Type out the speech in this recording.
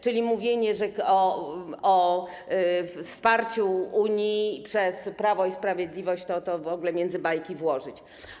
Czyli mówienie o wsparciu Unii przez Prawo i Sprawiedliwość to w ogóle między bajki trzeba włożyć.